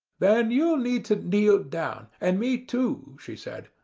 then you'll need to kneel down, and me too, she said,